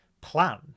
plan